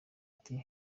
ati